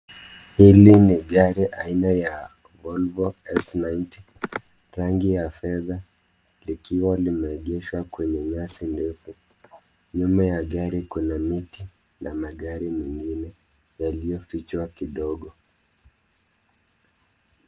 Hili ni gari aina ya volvo s90 rangi ya fedha likiwa limeegeshwa kwenye eneo la nyasi ndefu. Nyuma ya gari kuna miti na magari mengine yaliyofichwa kidogo.